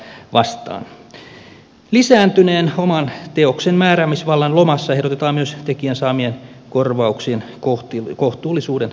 lisääntyneen oman teoksen määräämisvallan lomassa ehdotetaan myös tekijän saamien korvauksien kohtuullisuuden tarkastelua